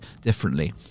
differently